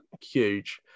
huge